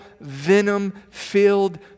venom-filled